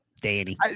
Danny